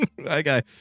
Okay